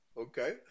Okay